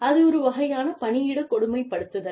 அது ஒரு வகையான பணியிட கொடுமைப்படுத்துதல்